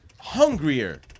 hungrier